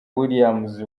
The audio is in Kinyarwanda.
williams